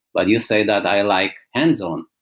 but you say that i like hands-on.